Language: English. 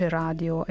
radio